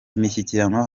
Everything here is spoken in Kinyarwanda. imishyikirano